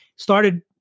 started